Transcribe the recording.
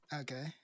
Okay